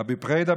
רבי פרידא,